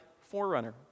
forerunner